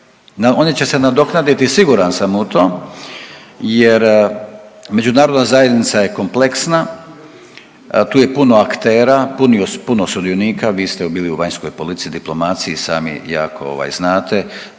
One će se nadoknaditi siguran sam u to jer međunarodna zajednica je kompleksna, tu je puno aktera, puno sudionika, vi ste bili u vanjskoj politici, diplomaciji i sami jako ovaj